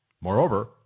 Moreover